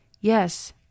Yes